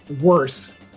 worse